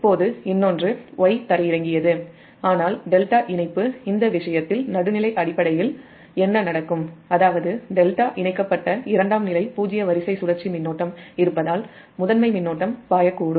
இப்போது இன்னொன்று Y ground செய்யப்பட்டதுஆனால் இந்த ∆ இணைப்பு நியூட்ரல் அடிப்படையில் என்ன நடக்கும் அதாவது ∆ இணைக்கப்பட்ட இரண்டாம் நிலை பூஜ்ஜிய வரிசை சுழற்சி மின்னோட்டம் இருப்பதால் முதன்மை மின்னோட்டம் பாயக்கூடும்